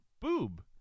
Boob